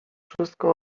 wszystko